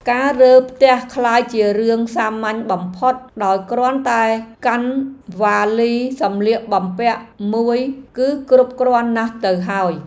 ការរើផ្ទះក្លាយជារឿងសាមញ្ញបំផុតដោយគ្រាន់តែកាន់វ៉ាលីសម្លៀកបំពាក់មួយគឺគ្រប់គ្រាន់ណាស់ទៅហើយ។